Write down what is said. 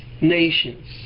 nations